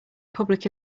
public